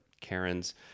karen's